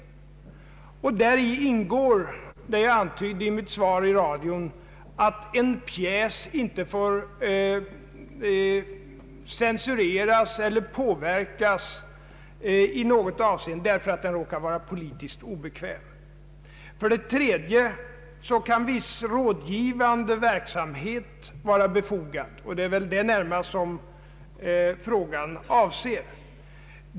Däri ingår vad jag antydde i mitt svar i radiointervjun, nämligen att en pjäs inte får censureras eller påverkas i något avseende även om den råkar vara politiskt obekväm. För det tredje kan viss rådgivande verksamhet vara befogad. Det är väl närmast detta som den framställda frågan avser.